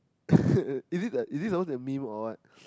is it like is it those meme or what